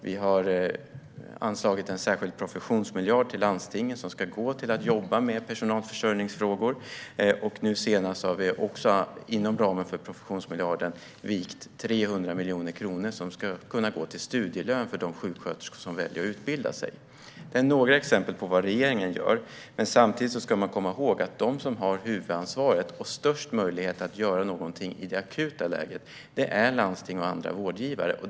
Vi har anslagit en särskild professionsmiljard till landstinget som ska gå till att jobba med personalförsörjningsfrågor. Nu senast har vi också inom ramen för professionsmiljarden vikt 300 miljoner kronor som ska kunna gå till studielön för de sjuksköterskor som väljer att utbilda sig. Det är några exempel på vad regeringen gör. Men samtidigt ska man komma ihåg att de som har huvudansvaret och störst möjlighet att göra någonting i det akuta läget är landsting och andra vårdgivare.